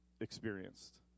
experienced